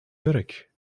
werk